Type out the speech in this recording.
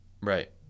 Right